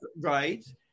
Right